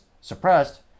suppressed